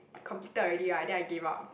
completed already right then I gave up